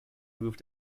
moved